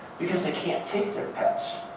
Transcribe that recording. because they can't take their pets.